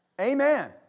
Amen